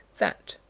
that,